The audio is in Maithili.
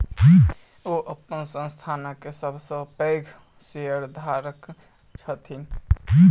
ओ अपन संस्थानक सब सॅ पैघ शेयरधारक छथि